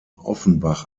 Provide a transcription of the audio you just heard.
offenbach